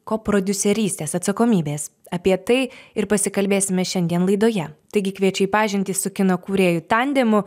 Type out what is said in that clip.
koprodiuserystės atsakomybės apie tai ir pasikalbėsime šiandien laidoje taigi kviečiu į pažintį su kino kūrėjų tandemu